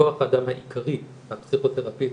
כוח האדם העיקרי הפסיכותרפיסטי,